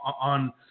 on